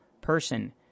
person